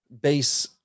base